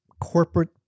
corporate